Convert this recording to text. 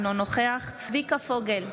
אינו נוכח צביקה פוגל,